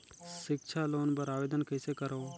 सिक्छा लोन बर आवेदन कइसे करव?